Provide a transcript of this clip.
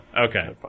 okay